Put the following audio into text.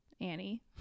Annie